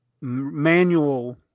manual